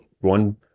one